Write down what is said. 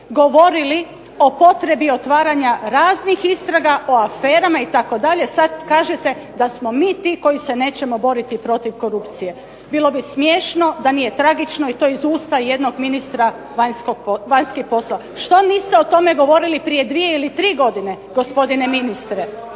govorili o potrebi otvaranja raznih istraga, o aferama itd., sad kažete da smo mi ti koji se nećemo boriti protiv korupcije. Bilo bi smiješno da nije tragično i to iz usta jednog ministra vanjskih poslova. Što niste o tome govorili prije 2 ili 3 godine, gospodine ministre?